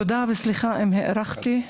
תודה וסליחה אם הארכתי.